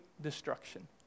destruction